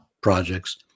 projects